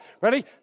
Ready